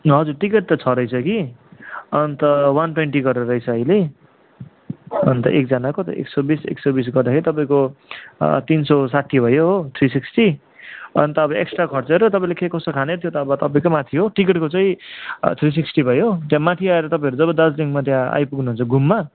हजुर टिकेट त छ रहेछ कि अनि त वान ट्वेन्टी गरेर रहेछ अहिले अनि त एकजना एक सय बिस एक सय बिस गर्दाखेरि तपाईँको तिन सय साठी भयो हो थ्री सिक्स्टी अनि त अब एक्स्ट्रा खर्च र तपाईँले अब के कस्तो खाने त्यो त अब तपाईँकै माथि हो टिकेटको चाहिँ थ्री सिक्स्टी भयो त्यहाँ माथि आएर तपाईँहरू जब दार्जिलिङमा त्यहाँ आइपुग्नु हुन्छ घुममा